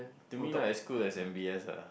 to me right it's as good as M_B_S lah